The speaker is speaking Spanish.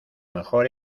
mejor